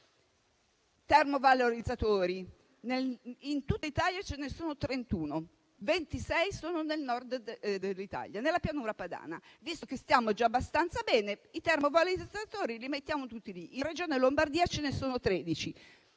termovalorizzatori, in tutta l'Italia ce ne sono 31, di cui 26 sono nel Nord d'Italia, nella Pianura padana. Visto che stiamo già abbastanza bene, i termovalorizzatori li mettiamo tutti lì: nella Regione Lombardia ce ne sono 13.